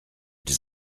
des